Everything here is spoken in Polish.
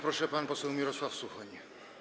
Proszę, pan poseł Mirosław Suchoń.